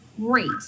Great